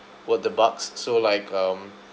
worth the bucks so like um